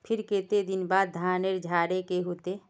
फिर केते दिन बाद धानेर झाड़े के होते?